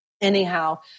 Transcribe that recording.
Anyhow